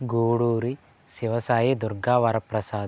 Guduri Sivasai Durga Varaprasad